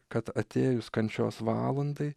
kad atėjus kančios valandai